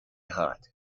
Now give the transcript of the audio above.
hot